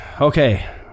Okay